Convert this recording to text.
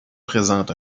présentent